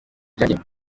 ibyanjye